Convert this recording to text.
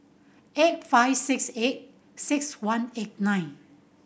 eight five six eight six one eight nine